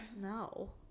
No